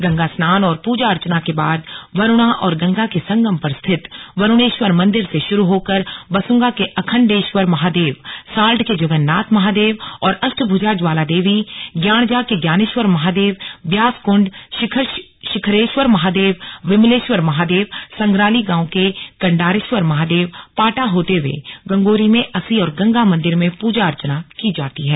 गंगा स्नान और पूजा अर्चना के बाद वरुणा और गंगा के संगम पर स्थित वरुणेश्वर मंदिर से शुरू होकर बसुंगा के अखण्डेश्वर महादेव साल्ड के जगन्नाथ महादेव और अष्टभुजा ज्वाला देवी ज्ञाणजा के ज्ञानेश्वर महादेव ब्यास कुंड शिखरेश्वर महादेव विमलेश्वर महादेव संग्राली गांव के कण्डारेश्वर महादेव पाटा होते हुए गंगोरी में अंसी और गंगा मंदिर में पूजा अर्चना की जाती है